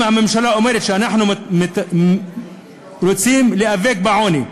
אם הממשלה אומרת שאנחנו רוצים להיאבק בעוני,